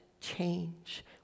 change